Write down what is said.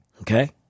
okay